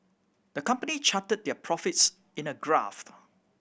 the company charted their profits in a graph